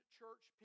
church